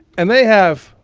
and they have,